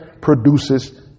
produces